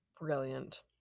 Brilliant